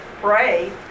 pray